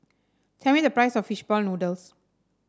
tell me the price of fish ball noodles